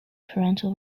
parental